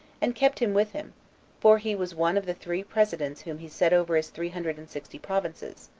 and kept him with him for he was one of the three presidents whom he set over his three hundred and sixty provinces,